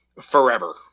forever